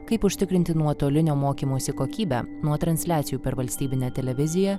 kaip užtikrinti nuotolinio mokymosi kokybę nuo transliacijų per valstybinę televiziją